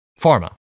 pharma